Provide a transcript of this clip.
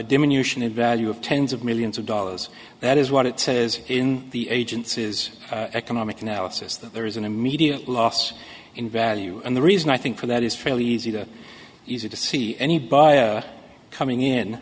diminution in value of tens of millions of dollars that is what it says in the agency is economic analysis that there is an immediate loss in value and the reason i think for that is fairly easy to easy to see anybody coming in